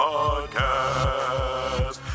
Podcast